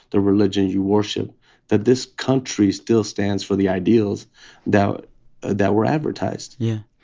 the religion you worship that this country still stands for the ideals that that were advertised yeah.